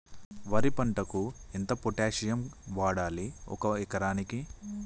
వరి పంటకు ఎంత పొటాషియం వాడాలి ఒక ఎకరానికి?